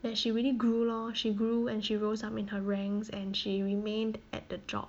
that she really grew lor she grew and she rose up in her ranks and she remained at the job